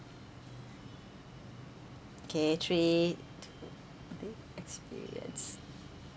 K three I think experience